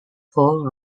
full